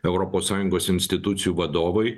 europos sąjungos institucijų vadovai